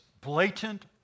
blatant